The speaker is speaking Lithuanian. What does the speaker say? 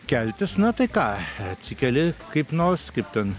keltis na tai ką atsikeli kaip nors kaip ten